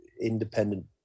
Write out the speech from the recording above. independent